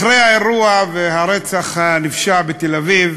אחרי האירוע והרצח הנפשע בתל-אביב